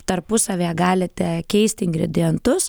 tarpusavyje galite keisti ingredientus